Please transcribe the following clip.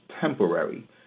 temporary